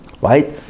Right